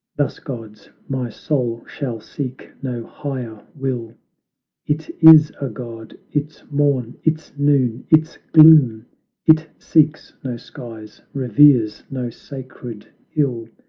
thus gods my soul shall seek no higher will it is a god, its morn, its noon, its gloom it seeks no skies, reveres no sacred hill,